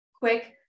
quick